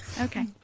okay